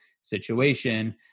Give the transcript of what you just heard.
situation